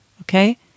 Okay